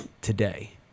today